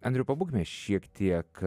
andriau pabūkime šiek tiek